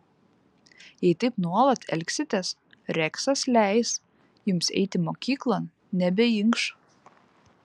jei taip nuolat elgsitės reksas leis jums eiti mokyklon nebeinkš